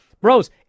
Bros